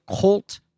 cult